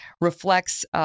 reflects